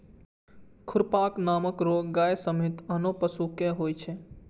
खुरपका नामक रोग गाय समेत आनो पशु कें होइ छै